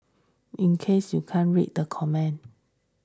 in case you can't read the comment